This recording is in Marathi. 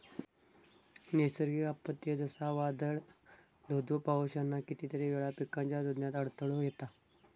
नैसर्गिक आपत्ते, जसा वादाळ, धो धो पाऊस ह्याना कितीतरी वेळा पिकांच्या रूजण्यात अडथळो येता